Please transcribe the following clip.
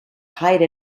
hide